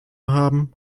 haben